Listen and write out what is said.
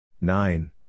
Nine